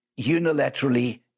unilaterally